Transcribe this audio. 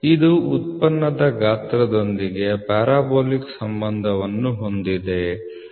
ಇದು ಉತ್ಪನ್ನದ ಗಾತ್ರದೊಂದಿಗೆ ಪ್ಯಾರಾಬೋಲಿಕ್ ಸಂಬಂಧವನ್ನು ಹೊಂದಿದೆ